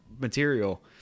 material